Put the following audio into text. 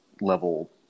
level